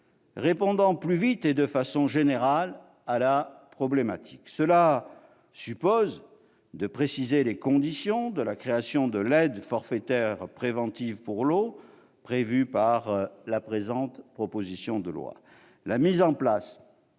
répondant plus vite et de façon générale à la question. Cela suppose de préciser les conditions de la création de l'aide forfaitaire préventive pour l'eau prévue dans la présente proposition de loi.